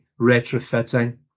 retrofitting